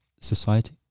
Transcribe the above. society